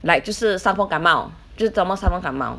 like 就是伤风感冒这伤风感冒